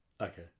Okay